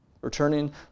Returning